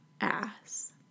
ass